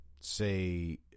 say